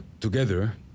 together